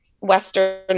Western